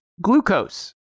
glucose